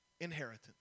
inheritance